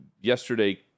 yesterday